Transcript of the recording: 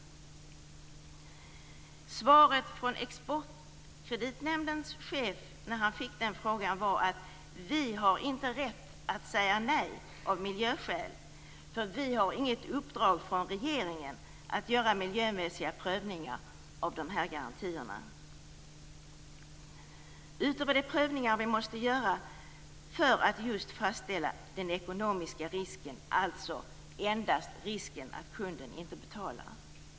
Svaret från Exportkreditnämndens chef när han fick den frågan var: Vi har inte rätt att säga nej av miljöskäl. Vi har inget uppdrag från regeringen att göra miljömässiga prövningar av de här garantierna utöver de prövningar vi måste göra för att just fastställa den ekonomiska risken, alltså endast risken att kunden inte betalar.